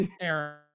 Aaron